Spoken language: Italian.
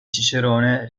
cicerone